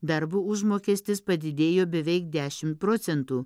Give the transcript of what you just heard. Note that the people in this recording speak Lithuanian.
darbo užmokestis padidėjo beveik dešimt procentų